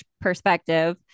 perspective